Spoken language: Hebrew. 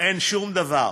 אין שום דבר,